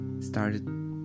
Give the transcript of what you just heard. started